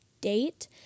date